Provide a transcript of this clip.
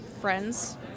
friends